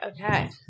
okay